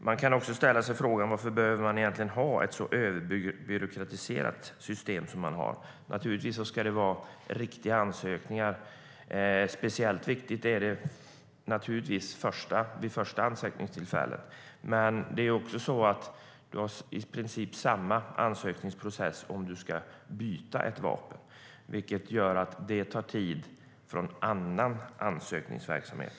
Man kan också ställa sig frågan: Varför behöver man egentligen ha ett så överbyråkratiserat system? Naturligtvis ska det vara riktiga ansökningar. Speciellt viktigt är det vid första ansökningstillfället. Det är i princip samma ansökningsprocess om man ska byta ett vapen, vilket tar tid från annan ansökningsverksamhet.